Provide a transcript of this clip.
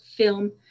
Film